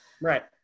right